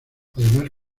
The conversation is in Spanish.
además